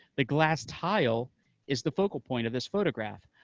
the glass tile is the focal point of this photograph.